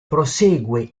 prosegue